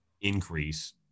increase